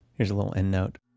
here's a little end note.